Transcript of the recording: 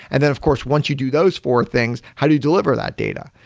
and then of course once you do those four things, how do you deliver that data?